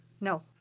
No